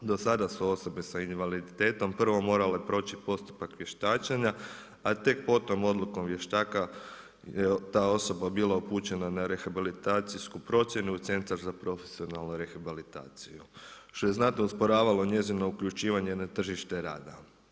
Dosada su osobe s invaliditetom prvo morale proći postupak vještačenja a tek potom odlukom vještaka ta osoba je bila upućena na rehabilitacijsku procjenu u Centar za profesionalnu rehabilitaciju što je znatno usporavalo njezino uključivanje na tržište rada.